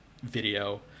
video